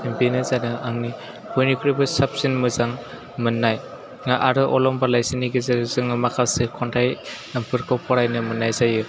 बेनो जादों आंनि बयनिफ्रायबो साबसिन मोजां मोन्नाय आरो अलंबार लाइसिनि गेजेर जोङो माखासे खन्थाइफोरखौ फरायनो मोन्नाय जायो